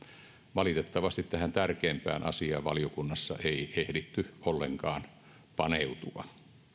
valitettavasti tähän tärkeimpään asiaan valiokunnassa ei ehditty ollenkaan paneutua